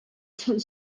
chawnh